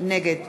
נגד